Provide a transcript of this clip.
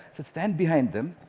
stand behind them.